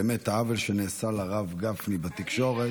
העוול שנעשה לרב גפני בתקשורת,